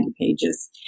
pages